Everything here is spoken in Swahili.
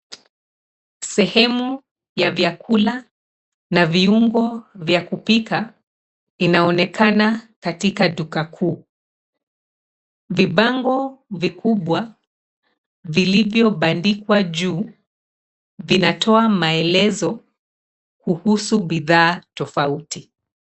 Sehemu ya vyakula na viungo vya kupika inaonekana katika duka kuu. Vibango vikubwa vilivyobandikwa juu vinatoa maelezo kuhusu bidhaa tofauti.